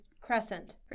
crescent